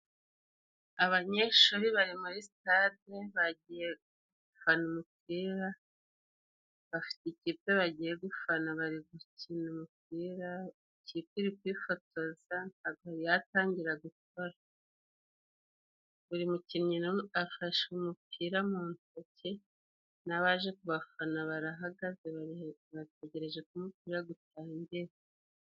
Abanyeshuri bari muri sitade bagiye gufana umupira bafite ikipe bagiye gufana, bari gukina umupira ikipe iri kwifotoza ntago yari yatangira gukora ,buri mukinnyi afashe umupira mu ntoki n'abaje ku bafana barahagaze bari bategerejeko umupira gutangira.